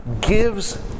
gives